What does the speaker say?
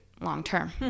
long-term